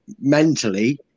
mentally